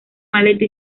maleta